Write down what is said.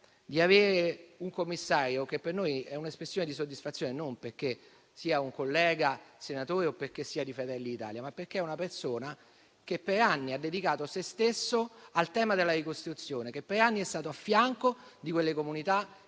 il nuovo commissario: per noi è un'espressione di soddisfazione non perché sia un collega senatore o perché appartenga al Gruppo Fratelli d'Italia, ma perché è una persona che per anni ha dedicato se stesso al tema della ricostruzione ed è stato a fianco di quelle comunità